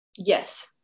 Yes